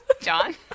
John